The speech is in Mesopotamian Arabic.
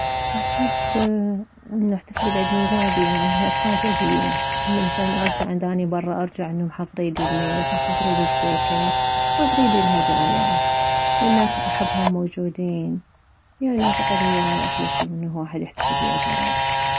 احب انه احتفل بعيد ميلادي انه اتفاجأ بيه انه مثلا ارجع اذا اني بره ارجع انه محضريلي الميز محضريلي الكيك محضريلي الهدايا والناس الاحبهم موجودين يعني اعتقد هي هاي احلى شي انه واحد يحتفل بعيدميلاده